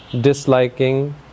disliking